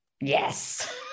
yes